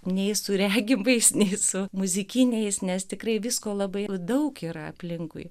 nei su regimais nei su muzikiniais nes tikrai visko labai jau daug yra aplinkui